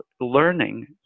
learning